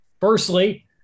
Firstly